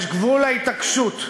יש גבול להתעקשות,